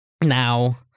now